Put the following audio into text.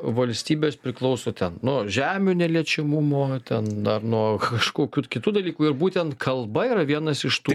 valstybės priklauso nuo žemių neliečiamumo ten dar nuo kažkokių kitų dalykų ir būtent kalba yra vienas iš tų